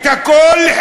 את הכול,